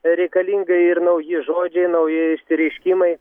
reikalinga ir nauji žodžiai nauji išsireiškimai